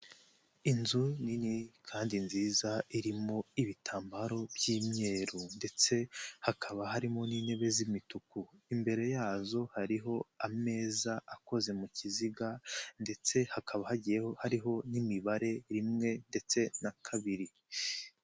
Inzu nini kandi nziza irimo ibitambaro by'imyeru ndetse hakaba harimo n'intebe z'imituku, imbere yazo hariho ameza akoze mu kiziga ndetse hakaba hagiyeho hariho n'imibare rimwe ndetse na kabiri.